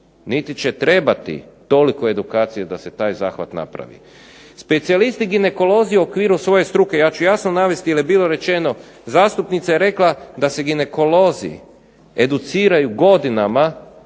niti će trebati toliko edukacije da se taj zahvat napravi. Specijalisti ginekolozi u okviru svoje struke, ja ću jasno navesti jer je bilo rečeno zastupnica je rekla da se ginekolozi educiraju godinama,